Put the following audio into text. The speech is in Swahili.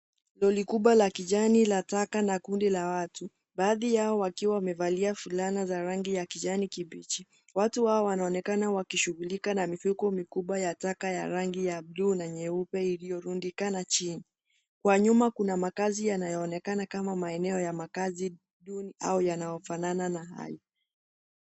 Lori kubwa la kinjani la taka na kundi la watu, baadhi yao wakiwa wamevalia fulana za rangi ya kijani kibichi. Watu hawa wanaonekana wakishughulika na mifuko mikubwa ya taka ya rangi ya bluu na nyeupe iliyorundikana chini. Kwa nyuma kuna makazi yanayoonekana kama maeneo ya makazi duni au yanayofanana hai.